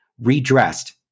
redressed